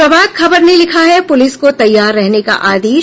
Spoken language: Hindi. प्रभात खबर ने लिखा है पुलिस को तैयार रहने का आदेश